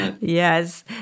Yes